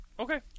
Okay